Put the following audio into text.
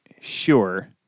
sure